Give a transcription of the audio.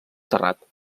terrat